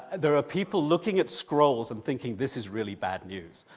there are people looking at scrolls and thinking, this is really bad news.